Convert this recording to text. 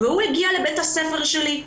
והוא הגיע לבית הספר שלי,